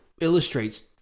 illustrates